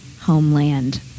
homeland